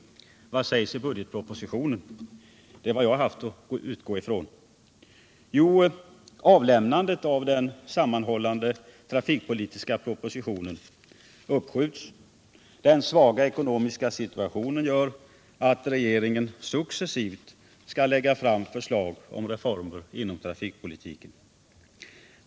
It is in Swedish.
Vad sägs i årets budgetproposition, som är vad jag har haft att utgå ifrån? Jo — avlämnandet av den sammanhållande trafikpolitiska propositionen uppskjuts. Den svaga ekonomiska situationen gör att regeringen successivt skall lägga fram förslag om reformer inom trafikpolitiken.